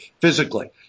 physically